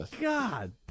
god